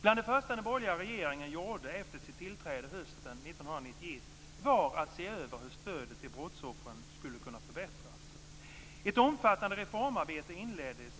Bland det första den borgerliga regeringen gjorde efter sitt tillträde hösten 1991 var att se över hur stödet till brottsoffren skulle kunna förbättras. Ett omfattande reformarbete inleddes